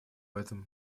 этом